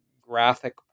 graphic